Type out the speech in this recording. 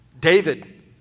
David